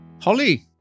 Holly